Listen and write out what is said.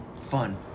Fun